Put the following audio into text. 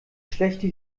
schlechte